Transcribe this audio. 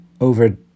over